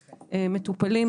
מטופלים,